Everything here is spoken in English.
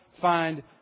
find